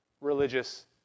religious